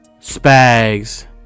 spags